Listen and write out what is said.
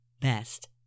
best